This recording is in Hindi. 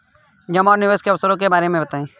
जमा और निवेश के अवसरों के बारे में बताएँ?